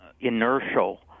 inertial